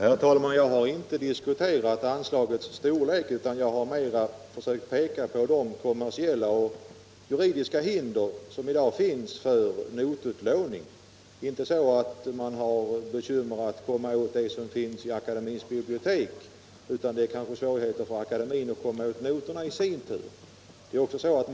Herr talman! Jag har inte behandlat anslagets storlek utan mera försökt peka på de kommersiella och juridiska hinder som i dag finns för notutlåning. Det är inte så att man har bekymmer i detta avseende med att få låna det som finns i Musikaliska akademiens bibliotek, utan det är svårigheter för Musikaliska akademien att skaffa noterna för utlåning.